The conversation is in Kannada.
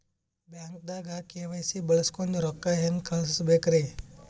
ಬ್ಯಾಂಕ್ದಾಗ ಕೆ.ವೈ.ಸಿ ಬಳಸ್ಕೊಂಡ್ ರೊಕ್ಕ ಹೆಂಗ್ ಕಳಸ್ ಬೇಕ್ರಿ?